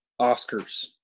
Oscars